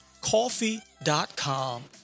coffee.com